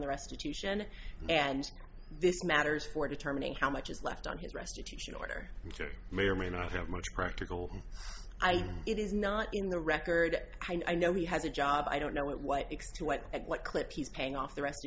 the restitution and this matters for determining how much is left on his restitution order may or may not have much practical idea it is not in the record i know he has a job i don't know what what next to what what clip he's paying off the rest